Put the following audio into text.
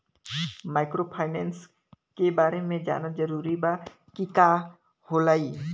Microfinance के बारे में जानल जरूरी बा की का होला ई?